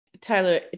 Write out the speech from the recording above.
Tyler